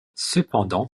cependant